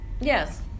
Yes